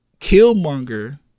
Killmonger